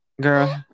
girl